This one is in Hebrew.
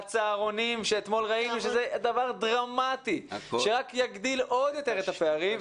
לצהרונים שאתמול ראינו שזה דבר דרמטי שרק יגדיל עוד יותר את הפערים.